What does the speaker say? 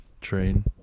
train